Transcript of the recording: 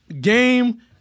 game